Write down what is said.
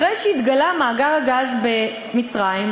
אחרי שהתגלה מאגר הגז במצרים,